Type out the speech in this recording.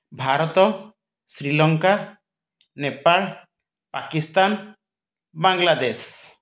Bharat Sri Lanka Nepal Pakistan Bangladesh